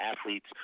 athletes